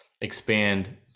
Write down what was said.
expand